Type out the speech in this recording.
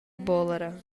буолара